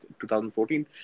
2014